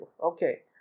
Okay